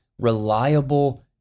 reliable